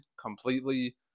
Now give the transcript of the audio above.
completely